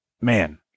man